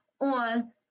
on